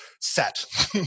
set